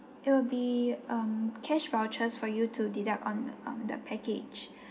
it'll be um cash vouchers for you to deduct on um the package